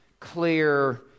clear